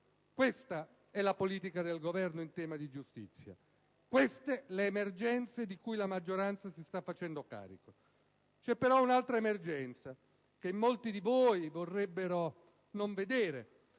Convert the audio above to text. Questa è la politica del Governo in tema di giustizia, queste le emergenze di cui la maggioranza si sta facendo carico. C'è però un'altra emergenza, che molti di voi vorrebbero non vedere